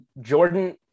Jordan